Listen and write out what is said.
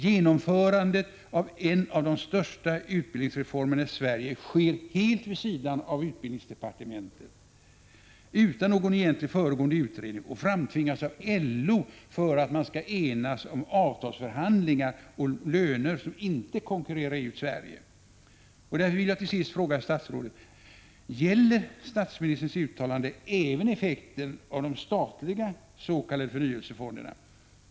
Genomförandet av en av de största utbildningsreformerna i Sverige sker helt vid sidan av utbildningsdepartementet, utan någon egentlig föregående utredning, och framtvingas av LO för att man skall kunna enas i avtalsförhandlingarna om löner som inte konkurrerar ut Sverige! Jag vill till sist också fråga statsrådet Bo Holmberg: Gäller statsministerns uttalande även effekten av de statliga s.k. förnyelsefonderna?